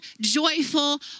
joyful